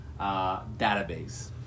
database